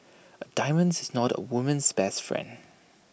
A diamonds is not A woman's best friend